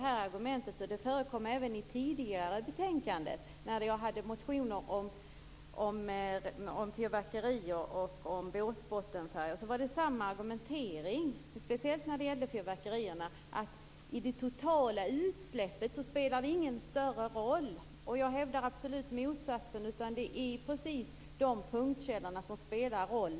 Även i tidigare betänkanden som behandlade mina motioner om fyrverkerier och om båtbottenfärger var det samma argumentering, speciellt när det gällde fyrverkerier, nämligen att de i de totala utsläppen inte spelade någon större roll. Jag hävdar motsatsen, för det är precis dessa punktkällor som spelar roll.